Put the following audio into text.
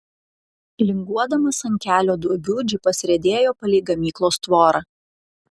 linguodamas ant kelio duobių džipas riedėjo palei gamyklos tvorą